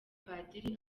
padiri